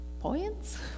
points